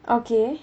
okay